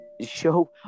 show